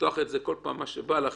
לפתוח בכל פעם מה שבא לכם,